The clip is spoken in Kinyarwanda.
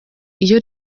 iyo